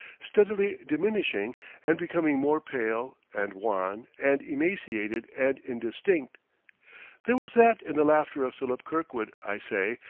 steadily diminishing and becoming more pale and wan and emaciated and indistinct there was that in the laughter of philip kirkwood, i say,